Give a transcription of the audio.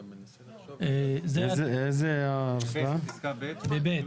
זה בפסקה ב'.